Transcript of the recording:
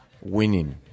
winning